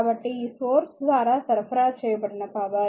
కాబట్టి ఈ సోర్స్ ద్వారా సరఫరా చేయబడిన పవర్